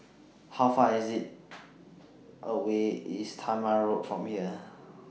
How Far IS IT away IS Talma Road from here